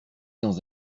dans